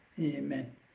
amen